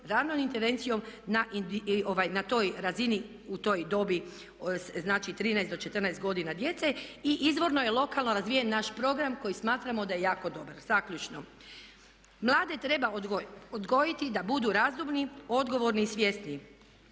ranom intervencijom na toj razini u toj dobi znači 13 do 14 godina djece i izvorno je lokalno razvijen naš program koji smatramo da je jako dobar. Zaključno. Mlade treba odgojiti da budu razumni, odgovorni i svjesni.